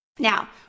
Now